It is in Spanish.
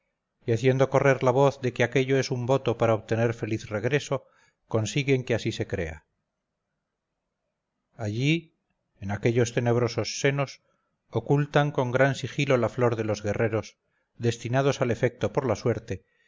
y haciendo correr la voz de que aquello es un voto para obtener feliz regreso consiguen que así se crea allí en aquellos tenebrosos senos ocultan con gran sigilo la flor de los guerreros designados al efecto por la suerte